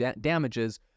damages